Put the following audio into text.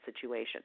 situation